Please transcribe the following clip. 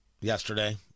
yesterday